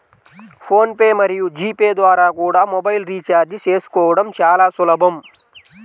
phone pay మరియు G pay ద్వారా కూడా మొబైల్ రీఛార్జి చేసుకోవడం చాలా సులభం